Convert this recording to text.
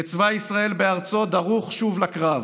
וצבא ישראל בארצו דרוך שוב לקרב,